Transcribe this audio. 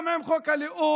גם עם חוק הלאום,